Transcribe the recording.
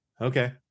okay